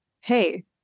hey